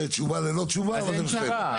זאת תשובה ללא תשובה, אבל זה בסדר.